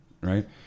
right